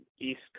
East